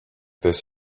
this